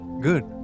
Good